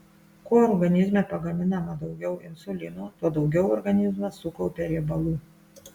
kuo organizme pagaminama daugiau insulino tuo daugiau organizmas sukaupia riebalų